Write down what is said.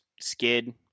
skid